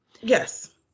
Yes